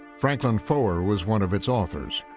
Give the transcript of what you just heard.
franklin foer was one of its authors.